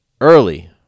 early